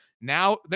now